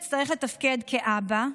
אצטרך לתפקד כאבא,